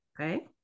Okay